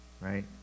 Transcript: Right